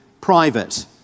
private